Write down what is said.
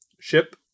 Ship